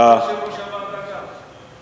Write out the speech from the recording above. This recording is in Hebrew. יישר כוח גם ליושב-ראש הוועדה.